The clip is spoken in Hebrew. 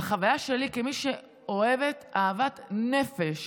כמי שאוהבת אהבת נפש